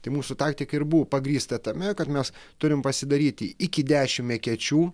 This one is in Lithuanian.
tai mūsų taktika ir buvo pagrįsta tame kad mes turime pasidaryti iki dešimt ekečių